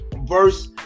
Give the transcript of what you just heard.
verse